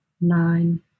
nine